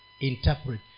interpret